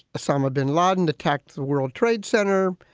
osama bin laden attacked the world trade center.